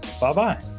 Bye-bye